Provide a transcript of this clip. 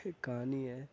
ایک کہانی ہے